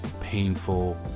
painful